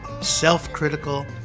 self-critical